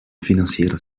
financiële